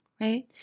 right